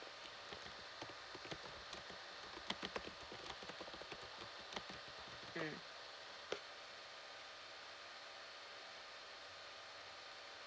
mm